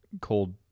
cold